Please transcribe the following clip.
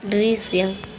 दृश्य